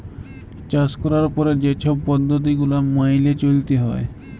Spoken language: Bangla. চাষ ক্যরার পরে যে ছব পদ্ধতি গুলা ম্যাইলে চ্যইলতে হ্যয়